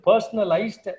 personalized